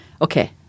okay